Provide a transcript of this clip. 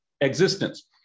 existence